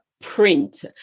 print